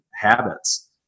habits